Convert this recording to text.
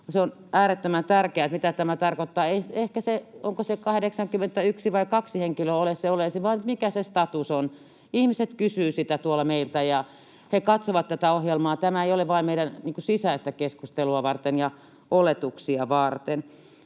se on äärettömän tärkeää, mitä tämä tarkoittaa, eikä se, onko se 81 vai 82 henkilöä, ole se oleellisin, vaan mikä se status on. Ihmiset kysyvät sitä tuolla meiltä, ja he katsovat tätä ohjelmaa. Tämä ei ole vain meidän sisäistä keskustelua varten ja oletuksia varten.